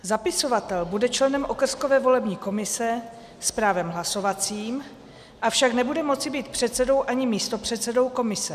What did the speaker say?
Zapisovatel bude členem okrskové volební komise s právem hlasovacím, avšak nebude moci být předsedou ani místopředsedou komise.